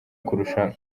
kurusha